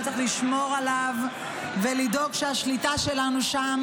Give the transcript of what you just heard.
וצריך לשמור עליו ולדאוג שהשליטה שלנו שם